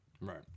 right